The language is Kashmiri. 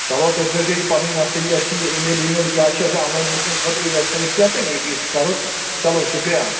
چلو تُہۍ ترٛٲوزیٚو یہِ پَنُن یا سا یہِ اَسہِ یہِ ای میل وی میل کیٛاہ چھِ اَسہِ آن لاین بُکِنٛگ خٲطرٕ ویٚب سایٹ کیٛاہ تہٕ مےٚ بی أسۍ کَرو چلو شُکریہ